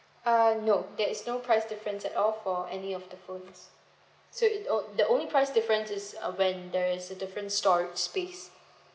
uh no there is no price difference at all for any of the phones so it on~ the only price difference is uh when there is a different storage space